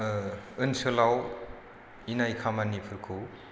ओनसोलाव इनाय खामानिफोरखौ